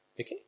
okay